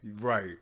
Right